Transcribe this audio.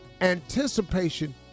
Anticipation